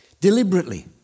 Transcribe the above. Deliberately